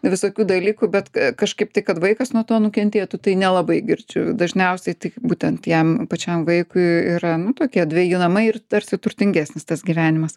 visokių dalykų bet kažkaip tai kad vaikas nuo to nukentėtų tai nelabai girdžiu dažniausiai tik būtent jam pačiam vaikui yra nu tokie dveji namai ir tarsi turtingesnis tas gyvenimas